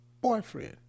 boyfriend